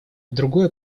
другое